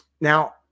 now